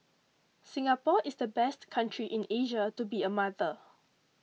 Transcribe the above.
Singapore is the best country in Asia to be a mother